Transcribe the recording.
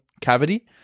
cavity